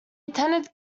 attended